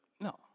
no